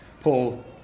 Paul